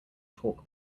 talk